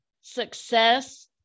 success